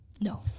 No